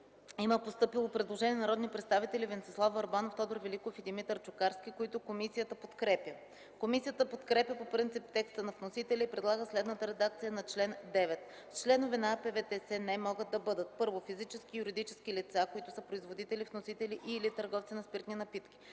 е постъпило предложение от народните представители Венцислав Върбанов, Тодор Великов и Димитър Чукарски, което комисията подкрепя. Комисията подкрепя по принцип текста на вносителя и предлага следната редакция на чл. 9: „Чл. 9. Членове на АПВТСН могат да бъдат: 1. физически и юридически лица, които са производители, вносители и/или търговци на спиртни напитки;